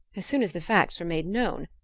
as soon as the facts were made known,